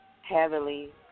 heavily